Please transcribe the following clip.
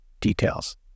details